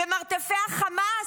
במרתפי חמאס.